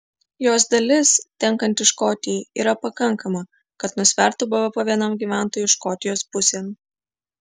jos dalis tenkanti škotijai yra pakankama kad nusvertų bvp vienam gyventojui škotijos pusėn